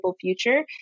future